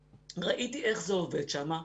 ראיתי איך זה עובד שם.